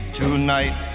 tonight